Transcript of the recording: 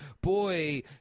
boy